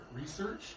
research